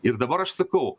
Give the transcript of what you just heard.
ir dabar aš sakau